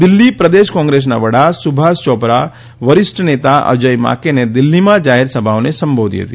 દિલ્હી પ્રદેશ કોંગ્રેસના વડા સુભાષ ચોપરા વરિષ્ઠ નેતા અજય માકેને દિલ્હીમાં જાહેરસભાઓને સંબોધી હતી